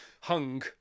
hung